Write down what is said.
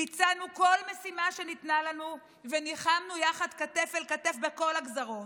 ביצענו כל משימה שניתנה לנו ונלחמנו יחד כתף אל כתף בכל הגזרות.